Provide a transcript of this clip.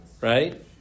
right